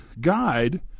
guide